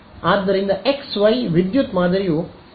ಆದ್ದರಿಂದ x y ವಿದ್ಯುತ್ ಮಾದರಿಯು H ಸಮತಲದಲ್ಲಿ ಹೇಗೆ ಕಾಣುತ್ತದೆ